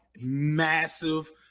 massive